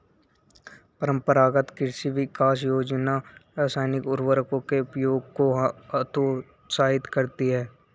परम्परागत कृषि विकास योजना रासायनिक उर्वरकों के उपयोग को हतोत्साहित करती है